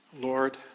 Lord